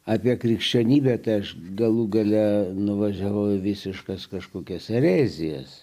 apie krikščionybę tai aš galų gale nuvažiavau į visiškas kažkokias erezijas